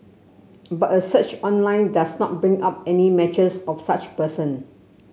but a search online does not bring up any matches of such person